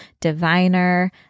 diviner